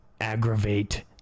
aggravate